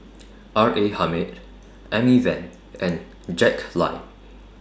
R A Hamid Amy Van and Jack Lai